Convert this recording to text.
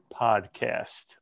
podcast